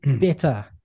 better